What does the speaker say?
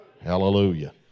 hallelujah